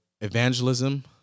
evangelism